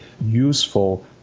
useful